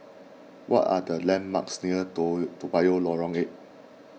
what are the landmarks near Toa Toa Payoh Lorong eight